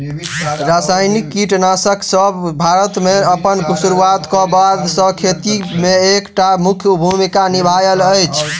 रासायनिक कीटनासकसब भारत मे अप्पन सुरुआत क बाद सँ खेती मे एक टा मुख्य भूमिका निभायल अछि